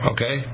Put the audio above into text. Okay